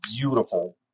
beautiful